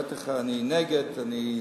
בטח אני נגד, אני,